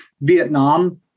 vietnam